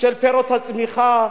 של פירות הצמיחה,